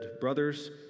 Brothers